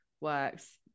works